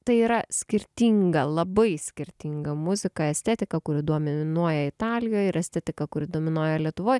tai yra skirtinga labai skirtinga muzika estetika kuri dominuoja italijoj ir estetika kuri dominuoja lietuvoj